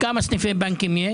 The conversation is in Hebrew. כמה סניפי בנקים יש